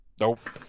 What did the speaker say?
Nope